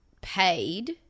paid